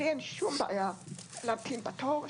לי אין שום בעיה להמתין בתור,